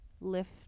lift